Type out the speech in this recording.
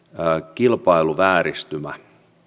kilpailuvääristymä